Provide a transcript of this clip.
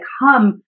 come